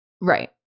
Right